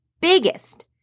biggest